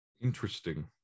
interesting